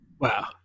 Wow